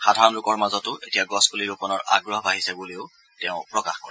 সাধাৰণ লোকৰ মাজতো এতিয়া গছপুলি ৰোপণৰ আগ্ৰহ বাঢ়িছে বুলিও তেওঁ প্ৰকাশ কৰে